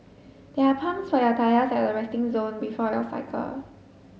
there are pumps for your tyres at the resting zone before your cycle